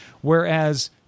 whereas